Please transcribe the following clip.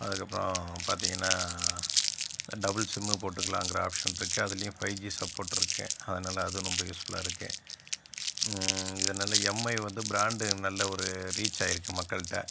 அதுக்கப்புறம் பார்த்திங்கன்னா double sim போட்டுக்கலாம்ங்குற ஆப்ஷன் இருக்குது அதிலையும் ஃபை ஜி சப்போர்ட் இருக்குது அதனால அதுவும் ரொம்ப யூஸ்ஃபுல்லாக இருக்குது இதனால் எம்ஐ வந்து பிராண்டு நல்ல ஒரு ரீச் ஆயிருக்குது மக்கள்கிட்ட